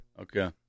Okay